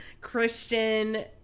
Christian